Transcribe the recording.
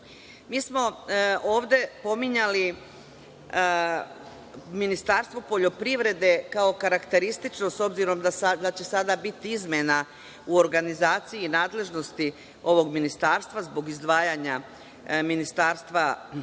smo ovde pominjali Ministarstvo poljoprivrede kao karakteristično, s obzirom da će sada biti izmena u organizaciji i nadležnosti ovog ministarstva zbog izdvajanja Ministarstva ekologije,